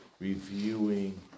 reviewing